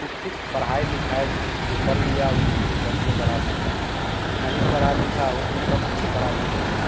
शिक्षित पढ़ाई लिखाई जो कर लिया उसी को सबसे बड़ा संपत्ति है पर जो नहीं पढ़ा लिखा हो तो सबसे बड़ा बुड़बक है